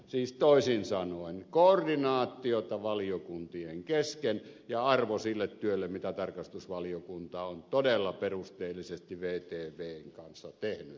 siis toisin sanoen koordinaatiota valiokuntien kesken ja arvo sille työlle mitä tarkastusvaliokunta on todella perusteellisesti vtvn kanssa tehnyt